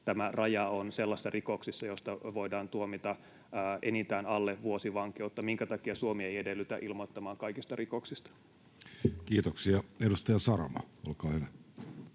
tämä raja on sellaisissa rikoksissa, joista voidaan tuomita enintään alle vuosi vankeutta. Minkä takia Suomi ei edellytä kaikista rikoksista ilmoittamista? [Speech